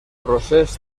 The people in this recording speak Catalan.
procés